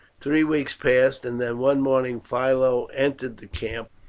three weeks passed, and then one morning philo entered the camp.